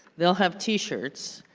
they'll have t-shirts,